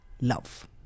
love